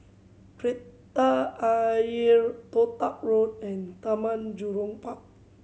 Kreta Ayer Toh Tuck Road and Taman Jurong Park